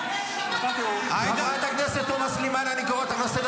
הוא אומר לאופיר "טרוריסט".